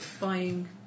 Buying